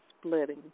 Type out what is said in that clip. splitting